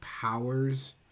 powers